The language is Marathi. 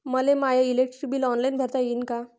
मले माय इलेक्ट्रिक बिल ऑनलाईन भरता येईन का?